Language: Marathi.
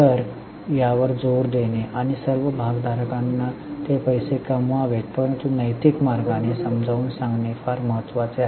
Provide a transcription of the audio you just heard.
तर यावर जोर देणे आणि सर्व भागधारकांना ते पैसे कमवावेत परंतु नैतिक मार्गाने समजावून सांगणे फार महत्वाचे आहे